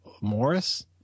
Morris